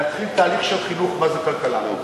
להתחיל תהליך של חינוך מה זה כלכלה.